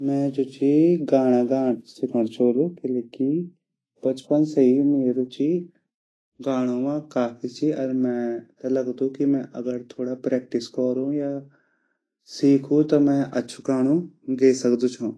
मैं जू ची गाना गांड सिखंड चोलु किलेकी बचपन से ही मेरी रुचि गाणो मा काफी ची अर मै लगदु की अगर मैं थोड़ा प्रैक्टिस करलु या सीखू ता मैं अच्छू गाणो गे सकदु छो।